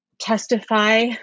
testify